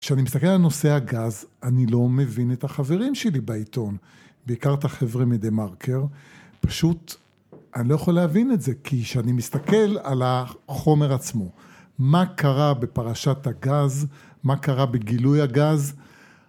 כשאני מסתכל על נושא הגז, אני לא מבין את החברים שלי בעיתון, בעיקר את החבר'ה מדה מרקר, פשוט, אני לא יכול להבין את זה, כי כשאני מסתכל על החומר עצמו, מה קרה בפרשת הגז, מה קרה בגילוי הגז,